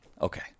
Okay